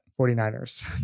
49ers